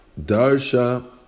Darsha